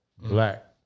Black